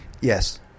yes